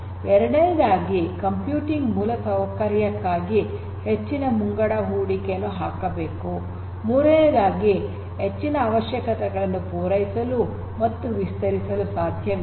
ಎರಡನೆಯದಾಗಿ ಕಂಪ್ಯೂಟಿಂಗ್ ಮೂಲಸೌಕರ್ಯಕ್ಕಾಗಿ ಹೆಚ್ಚಿನ ಮುಂಗಡ ಹೂಡಿಕೆಯನ್ನು ಹಾಕಬೇಕು ಮೂರನೆಯದಾಗಿ ಹೆಚ್ಚಿನ ಅವಶ್ಯಕತೆಗಳನ್ನು ಪೂರೈಸಲು ಮತ್ತು ವಿಸ್ತರಿಸಲು ಸಾಧ್ಯವಿಲ್ಲ